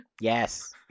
Yes